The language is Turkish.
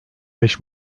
beş